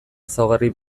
ezaugarri